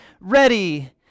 ready